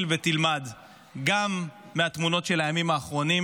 ותלמד גם מהתמונות של הימים האחרונים,